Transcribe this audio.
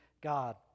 God